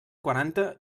quaranta